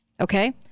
Okay